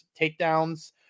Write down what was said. takedowns